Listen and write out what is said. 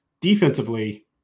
defensively